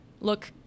look